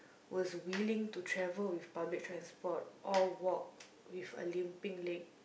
was willing to travel with public transport or walk with a limping leg